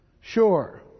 sure